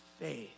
faith